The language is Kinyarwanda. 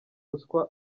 ruswa